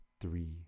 three